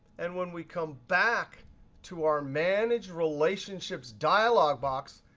and when we come back to our manage relationships dialog box,